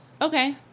Okay